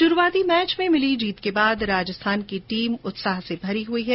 शुरूआती मैच में मिली जीत के बाद राजस्थान की टीम उत्साह से भरी हुई है